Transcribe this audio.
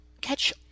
catch